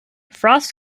frost